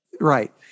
Right